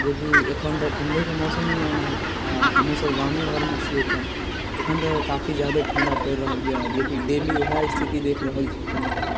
जेकि एखन तऽ ठण्ढेके समयके मौसम यऽ ओना आ हमहूँ सब गामे घरमे छियै एखन एखन तऽ काफी जादे ठण्ढा पड़ि रहल यऽ कि डेली उएह स्थिति देख रहल छियै ठण्ढाके